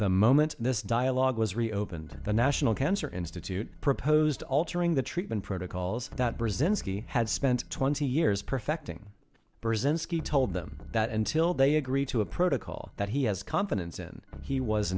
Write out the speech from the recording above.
the moment this dialogue was reopened the national cancer institute proposed altering the treatment protocols that brzezinski had spent twenty years perfecting brzezinski told them that until they agree to a protocol that he has confidence in he was